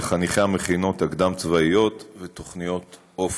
ולחניכי המכינות הקדם-צבאיות ותוכניות אופק.